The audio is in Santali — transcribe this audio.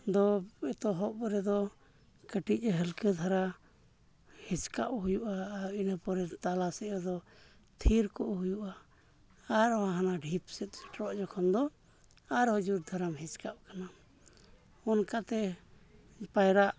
ᱫᱚ ᱮᱛᱚᱦᱚᱵᱽ ᱨᱮᱫᱚ ᱠᱟᱹᱴᱤᱡᱽ ᱦᱟᱹᱞᱠᱟᱹ ᱫᱷᱟᱨᱟ ᱦᱮᱸᱪᱠᱟᱜ ᱦᱩᱭᱩᱜᱼᱟ ᱟᱨ ᱤᱱᱟᱹ ᱯᱚᱨᱮ ᱛᱟᱞᱟ ᱥᱮᱫ ᱨᱮᱫᱚ ᱛᱷᱤᱨ ᱠᱚᱜ ᱦᱩᱭᱩᱜᱼᱟ ᱟᱨᱚ ᱦᱟᱱᱟ ᱰᱷᱤᱯ ᱥᱮᱫ ᱥᱮᱴᱮᱨᱚᱜ ᱡᱚᱠᱷᱚᱱ ᱫᱚ ᱟᱨᱦᱚᱸ ᱡᱳᱨ ᱫᱷᱟᱨᱟᱢ ᱦᱮᱪᱠᱟᱣᱚᱜ ᱠᱟᱱᱟ ᱚᱱᱠᱟ ᱛᱮ ᱯᱟᱭᱨᱟᱜ